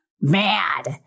mad